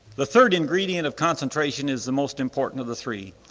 the third ingredient of concentration is the most important of the three.